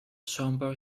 schoenberg